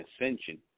ascension